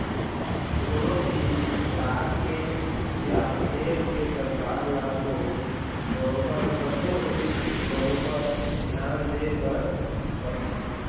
कोनो भी राज के या देश के सरकार ल तो बरोबर सब्बो कोती बरोबर धियान देय बर परथे